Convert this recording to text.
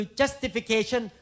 justification